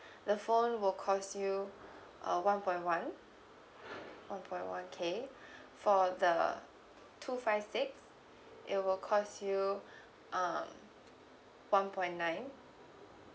the phone will cost you uh one point one one point one K for the two five six it will cost you uh one point nine